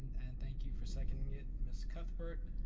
and thank you for seconding it, miss cuthbert.